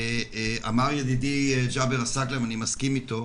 אמר ידידי, ג'אבר עסאקלה, ואני מסכים איתו,